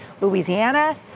Louisiana